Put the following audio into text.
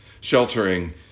Sheltering